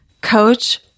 coach